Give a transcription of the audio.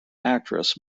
actress